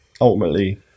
ultimately